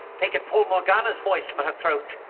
make it pull morgana's voice from her throat.